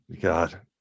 god